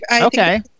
okay